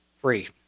free